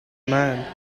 man